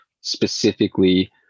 specifically